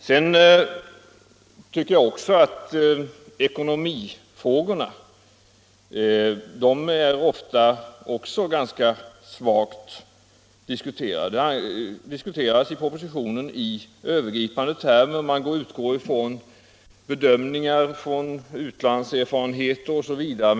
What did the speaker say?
Vidare tycker jag att de ekonomiska frågorna ofta diskuteras för litet. I propositionen talar man om de frågorna i övergripande formuleringar. Man utgår från bedömningar som gjorts i utlandet osv.